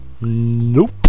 Nope